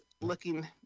looking